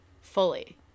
Fully